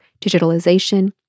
digitalization